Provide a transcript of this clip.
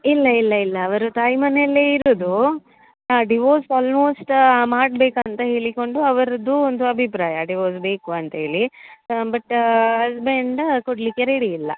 ಇಲ್ಲ ಇಲ್ಲ ಇಲ್ಲ ಅವರು ತಾಯಿ ಮನೆಯಲ್ಲೇ ಇರುವುದೂ ಹಾಂ ಡಿವೋರ್ಸ್ ಅಲ್ಮೊಸ್ಟ್ ಮಾಡ್ಬೇಕು ಅಂತ ಹೇಳಿಕೊಂಡು ಅವರದ್ದು ಒಂದು ಅಭಿಪ್ರಾಯ ಡಿವೋರ್ಸ್ ಬೇಕು ಅಂತ ಹೇಳಿ ಹ್ಞೂ ಬಟ್ ಹಸ್ಬೆಂಡ್ ಕೊಡಲಿಕ್ಕೆ ರೆಡಿ ಇಲ್ಲ